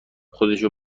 خودشو